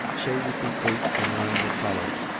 so with the eight or nine that followed.